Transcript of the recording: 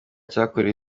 cyakorewe